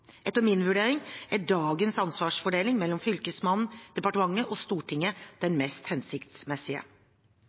Etter min vurdering er dagens ansvarsdeling mellom Fylkesmannen, departementet og Stortinget den mest hensiktsmessige.